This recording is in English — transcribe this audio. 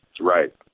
Right